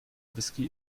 whisky